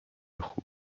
خوب